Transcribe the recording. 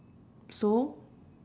so